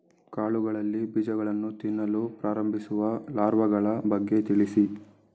ಕಾಳುಗಳಲ್ಲಿ ಬೀಜಗಳನ್ನು ತಿನ್ನಲು ಪ್ರಾರಂಭಿಸುವ ಲಾರ್ವಗಳ ಬಗ್ಗೆ ತಿಳಿಸಿ?